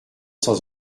sans